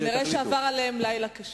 כנראה עבר עליהם לילה קשה.